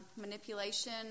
manipulation